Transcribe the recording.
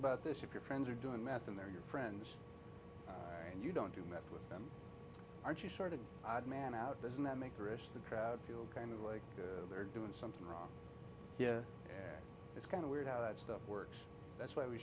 about this if your friends are doing meth and they're your friends and you don't do meth with them aren't you sort of odd man out doesn't that make aristocrat feel kind of like they're doing something wrong here and it's kind of weird how that stuff works that's why we